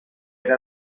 era